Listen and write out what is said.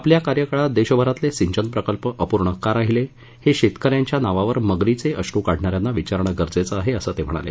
आपल्या कार्यकाळात देशभरातले सिंचन प्रकल्प अपूर्ण का राहिले हे शेतक यांच्या नावावर मगरीचे अश्रू काढणा यांना विचारणं गरजेचं आहे असं ते म्हणाले